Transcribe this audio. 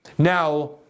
Now